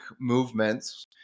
movements